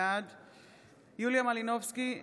בעד יוליה מלינובסקי,